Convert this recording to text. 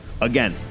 Again